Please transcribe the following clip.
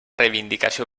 reivindicació